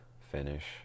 finish